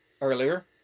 earlier